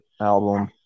album